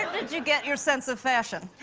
did you get your sense of fashion?